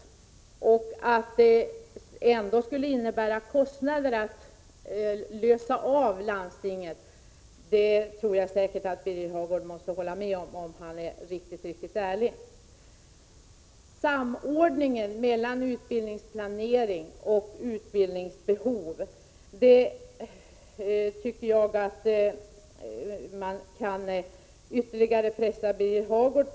Att det ändå skulle innebära kostnader att lösa av landstinget tror jag säkert att Birger Hagård måste hålla med om, om han är riktigt ärlig. När det gäller samordningen mellan utbildningsplanering och utbildningsbehov vill jag ytterligare pressa Birger Hagård.